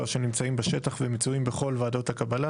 שנמצאים בשטח ומצויים בכל ועדות הקבלה.